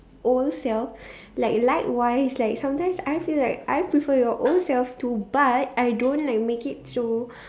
old self like likewise like sometimes I feel like I prefer your old self too but I don't like make it so